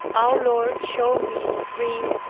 our lord showed me, in a dream,